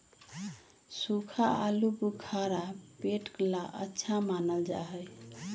सूखा आलूबुखारा पेट ला अच्छा मानल जा हई